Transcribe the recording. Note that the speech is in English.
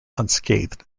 unscathed